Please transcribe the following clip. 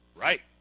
Right